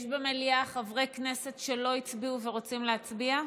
יש במליאה חברי כנסת שלא הצביעו ורוצים להצביע?